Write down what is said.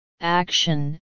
action